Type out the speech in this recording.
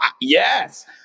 Yes